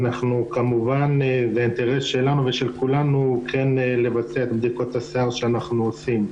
כמובן שזה האינטרס של כולנו לבצע את בדיקות השיער שאנחנו עושים.